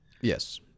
Yes